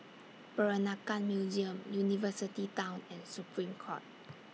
Peranakan Museum University Town and Supreme Court